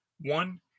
One